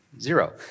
Zero